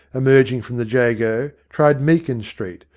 emerging from the jago, tried meakin street,